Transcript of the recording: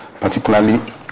particularly